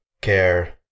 care